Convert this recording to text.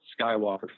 Skywalker